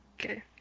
Okay